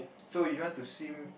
so you want to swim